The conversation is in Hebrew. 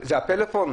הפלאפון.